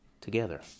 together